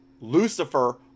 lucifer